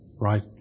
right